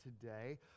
today